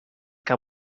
que